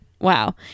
Wow